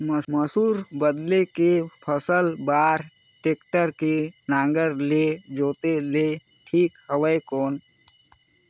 मसूर बदले के फसल बार टेक्टर के नागर ले जोते ले ठीक हवय कौन?